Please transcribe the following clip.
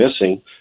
missing